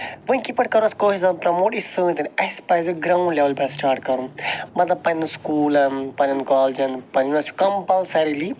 ونکہ پیٚٹھ کرو أسۍ کٲشر زمان پروموٹ یہِ چھِ سٲنۍ تیٚلہِ اَسہِ پَزِ گراوُنڈ لیٚولہ پیٚٹھ سٹارٹ کَرُن مَطلَب پَننہ سُکوٗلَن پَننیٚن کالجن کَمپَلسرِلی